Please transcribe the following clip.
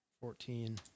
Fourteen